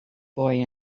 boy